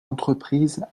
entreprises